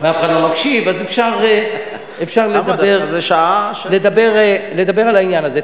ואף אחד לא מקשיב אז אפשר לדבר על העניין הזה.